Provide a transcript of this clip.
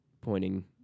pointing